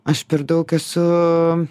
aš per daug esu